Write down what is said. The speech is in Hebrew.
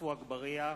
עפו אגבאריה,